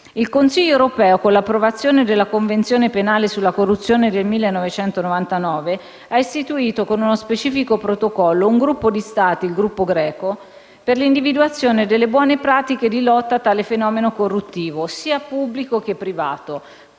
Il Consiglio d'Europa, con l'approvazione della Convenzione penale sulla corruzione nel 1999, ha istituito con uno specifico protocollo un gruppo di Stati, il gruppo "Greco", per l'individuazione delle buone pratiche di lotta a tale fenomeno corruttivo, sia pubblico che privato.